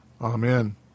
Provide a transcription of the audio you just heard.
Amen